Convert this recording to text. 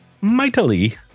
Mightily